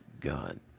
God